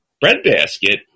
breadbasket